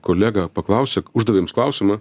kolega paklausė uždavė jums klausimą